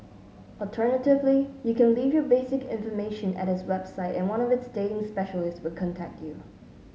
alternatively you can leave your basic information at its website and one of its dating specialists will contact you